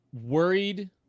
worried